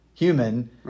human